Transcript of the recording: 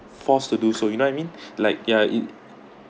forced to do so you know I mean like ya it